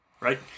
right